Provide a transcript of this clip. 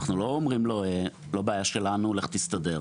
אנחנו לא אומרים לו: לא בעיה שלנו לך תסתדר.